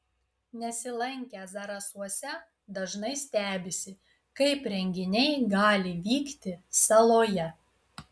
nesilankę zarasuose dažnai stebisi kaip renginiai gali vykti saloje